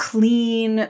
Clean